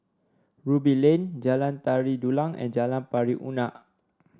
Ruby Lane Jalan Tari Dulang and Jalan Pari Unak